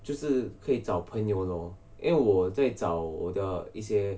就是可以找 pioneer lor eh 我最早 order 一